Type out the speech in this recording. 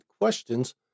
questions